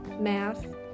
math